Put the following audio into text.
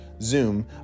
zoom